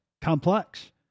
complex